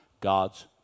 God's